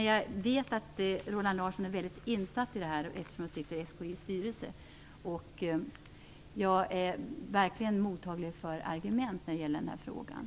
Jag vet att Roland Larsson är mycket insatt i dessa frågor, eftersom han sitter i SKI:s styrelse, och jag är verkligen mottaglig för argument.